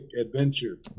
adventure